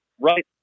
right